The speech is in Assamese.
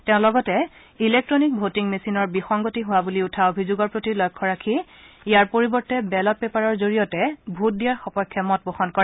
তেওঁ লগতে ইলেক্ট'নিক ভোটিং মেচিনৰ বিসংগতি হোৱা বুলি উঠা অভিযোগৰ প্ৰতি লক্ষ্য ৰাখি ইয়াৰ পৰিৱৰ্তে বেলট পেপাৰৰ জৰিয়তে ভোট দিয়াৰ সপক্ষে মতপোষণ কৰে